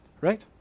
Right